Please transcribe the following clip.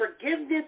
forgiveness